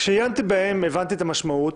כשעיינתי בהם, הבנתי את המשמעות.